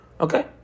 okay